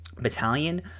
Battalion